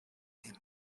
him